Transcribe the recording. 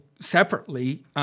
separately